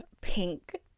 pink